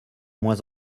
moins